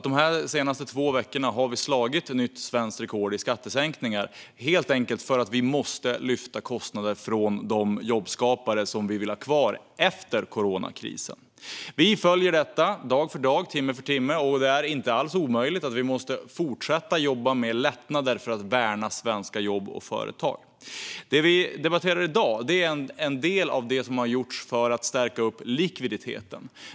De senaste två veckorna har vi slagit nytt svenskt rekord i skattesänkningar, helt enkelt för att vi måste lyfta kostnader från de jobbskapare som vi vill ha kvar efter coronakrisen. Vi följer detta, dag för dag och timme för timme. Det är inte alls omöjligt att vi måste fortsätta jobba med lättnader för att värna svenska jobb och företag. Det vi debatterar i dag är en del av det som har gjorts för att stärka likviditeten.